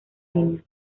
líneas